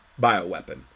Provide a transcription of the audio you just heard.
bioweapon